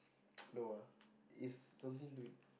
no ah it's something to it